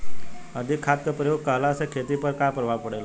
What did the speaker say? अधिक खाद क प्रयोग कहला से खेती पर का प्रभाव पड़ेला?